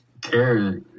care